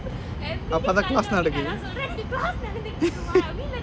class